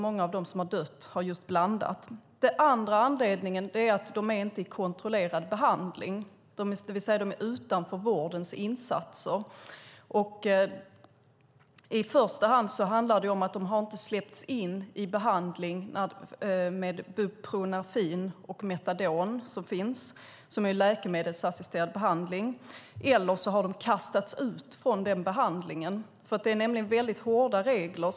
Många av dem som har dött har blandat. Den andra anledningen är att de inte är i kontrollerad behandling, utan de är utanför vårdens insatser. I första hand handlar det om att de inte har släppts in i behandling med buprenorfin och metadon, som är läkemedelsassisterad behandling, eller så har de kastats ut från den behandlingen. Det är nämligen väldigt hårda regler.